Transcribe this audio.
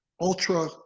ultra